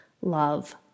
love